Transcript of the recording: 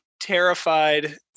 terrified